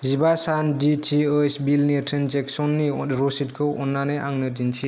जिबा सान D T ओइस बिलनि ट्रेन्जेकसननि रसिदखौ अन्नानै आंनो दिन्थि